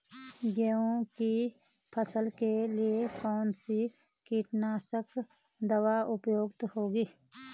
गेहूँ की फसल के लिए कौन सी कीटनाशक दवा उपयुक्त होगी?